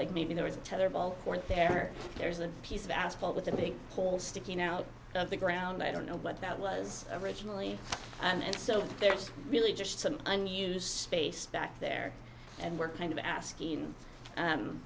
like maybe there is a tether ball point there there's a piece of asphalt with a big hole sticking out of the ground i don't know but that was originally and so there's really just some unused space back there and we're kind of asking